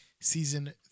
season